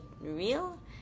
real